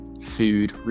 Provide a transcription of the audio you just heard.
food